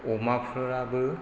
अमाफोराबो